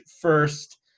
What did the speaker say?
first